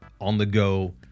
on-the-go